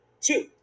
two